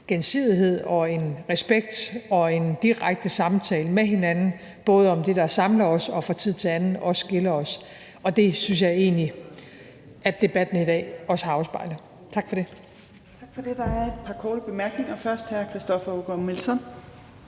gensidighed, en respekt og en direkte samtale med hinanden, både om det, der samler os, og det, der fra tid til anden skiller os. Det synes jeg egentlig at debatten i dag også har afspejlet. Tak for det.